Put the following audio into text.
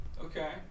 Okay